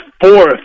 fourth